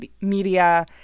media